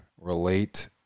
relate